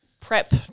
prep